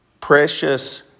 Precious